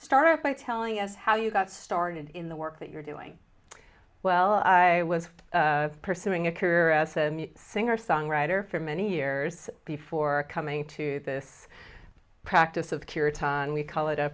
start by telling us how you got started in the work that you're doing well i was pursuing a career as a singer songwriter for many years before coming to this practice of cure time and we call it a